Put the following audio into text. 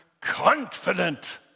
confident